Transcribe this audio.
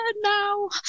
now